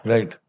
Right